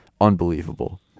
unbelievable